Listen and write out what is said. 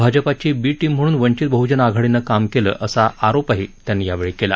भाजपाची B team म्हणून वंचित बहुजन आघाडीनं काम केलं असा आरोपही त्यांनी केला